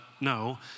no